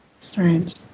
Strange